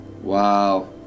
Wow